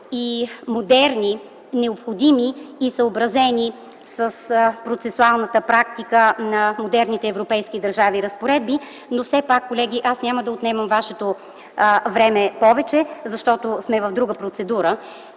модерни, необходими и съобразени с процесуалната практика на модерните европейски държавни разпоредби. Колеги, няма да отнемам повече от вашето време, защото сме в друга процедура